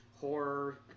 horror